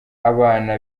abana